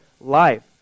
life